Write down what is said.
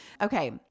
okay